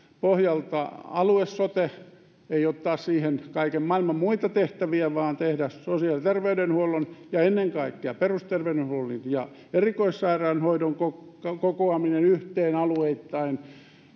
pohjalta alue sote ei oteta siihen kaiken maailman muita tehtäviä vaan tehdään sosiaali ja terveydenhuollon ja ennen kaikkea perusterveydenhuollon ja erikoissairaanhoidon kokoaminen yhteen alueittain